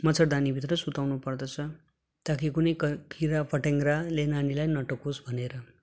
मच्छरदानी भित्र सुताउनु पर्दछ ताकि कुनै क किरा फट्याङ्ग्राले नानीलाई नटोकोस् भनेर